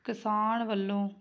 ਕਿਸਾਨ ਵੱਲੋਂ